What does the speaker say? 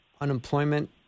unemployment